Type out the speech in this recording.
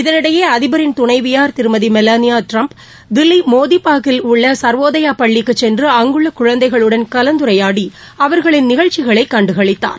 இதனிடையே அதிபரின் துணைவியார் திருமதி மெலானியா ட்டிரம்ப் தில்லி மோதிபாக்கில் உள்ள சா்வோதயா பள்ளிக்குச் சென்று அங்குள்ள குழந்தைகளுடன் கலந்துரையாடி அவர்களின் நிகழ்ச்சிகளை கண்டுகளித்தார்